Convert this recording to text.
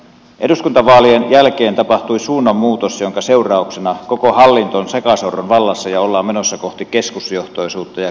eduskuntavaalien jälkeen tapahtui suunnanmuutos jonka seurauksena koko hallinto on sekasorron vallassa ja ollaan menossa kohti keskusjohtoisuutta ja keskittämistä